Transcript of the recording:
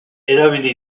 erabili